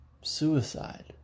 suicide